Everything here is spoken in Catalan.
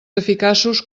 eficaços